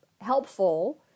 helpful